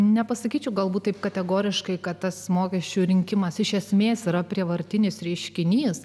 nepasakyčiau galbūt taip kategoriškai kad tas mokesčių rinkimas iš esmės yra prievartinis reiškinys